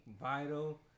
Vital